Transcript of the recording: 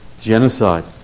genocide